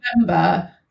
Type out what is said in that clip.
remember